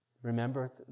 Remember